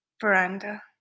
Veranda